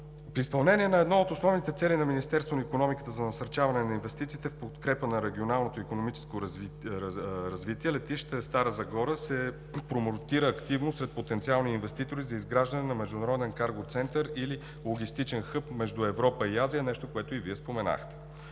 В изпълнение на една от основните цели на Министерството на икономиката за насърчаване на инвестициите в подкрепа на регионалното икономическо развитие летище Стара Загора се промотира активно сред потенциални инвеститори за изграждане на международен карго център или логистичен хъб между Европа и Азия – нещо, което и Вие споменахте.